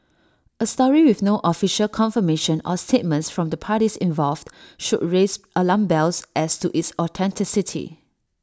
A story with no official confirmation or statements from the parties involved should raise alarm bells as to its authenticity